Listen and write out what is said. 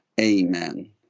Amen